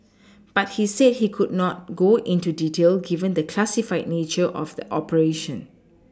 but he said he could not go into detail given the classified nature of the operation